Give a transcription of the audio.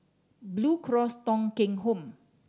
Blue Cross Thong Kheng Home